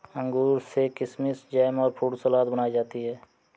अंगूर से किशमिस जैम और फ्रूट सलाद बनाई जाती है